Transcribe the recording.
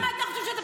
מה אתה חושב?